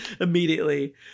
immediately